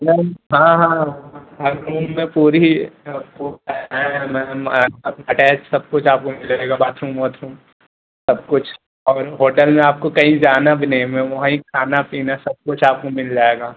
ma'am हाँ attach सब कुछ आपको मिलेगा बाथरूम वाथरूम सब कुछ और होटल में आप को कई जाना भी नहीं है वहीं खाना पीना सब कुछ है आपको मिल जाएगा